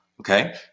okay